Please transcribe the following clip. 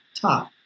top